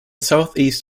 southeast